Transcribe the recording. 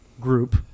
group